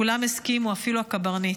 כולם הסכימו, אפילו הקברניט.